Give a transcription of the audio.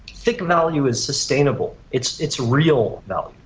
thick value is sustainable it's it's real value,